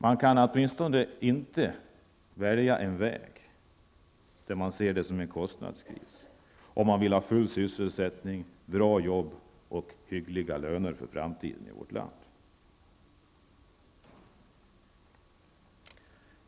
Man kan åtminstone inte välja en väg där man betrakar det här som en kostnadskris om man vill ha full sysselsättning, bra jobb och hyggliga löner i framtiden i vårt land.